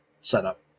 setup